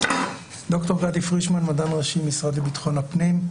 ד"ר גדי פרישמן, מדען ראשי, המשרד לביטחון הפנים.